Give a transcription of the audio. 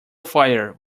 fire